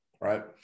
right